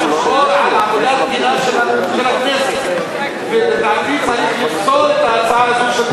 יושב-ראש הכנסת צריך להפעיל את סמכותו לשמור